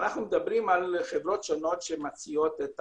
אנחנו מדברים על חברות שונות שמציעות את